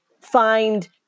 find